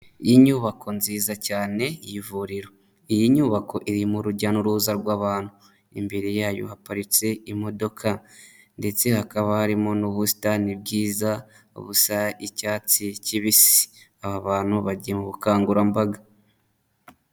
Inyubako nziza cyane y'ivuriro iyi nyubako irimo urujya n'uruza rw'abantu, imbere yayo haparitse imodoka ndetse hakaba harimo n'ubusitani bwiza busa icyatsi kibisi, aba bantu bagiye mu bukangurambaga.